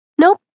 Nope